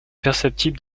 perceptible